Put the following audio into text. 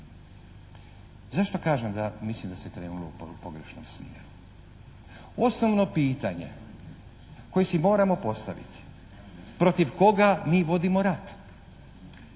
Zašto kažem da mislim da se krenulo u pogrešnom smjeru? Osnovno pitanje koje si moramo postaviti protiv koga mi vodimo rat?